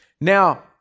Now